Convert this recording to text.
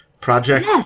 project